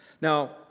Now